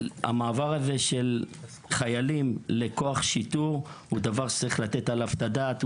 המעבר הזה של חיילים לכוח שיטור הוא דבר שצריך לתת עליו את הדעת,